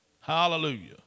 Hallelujah